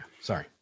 sorry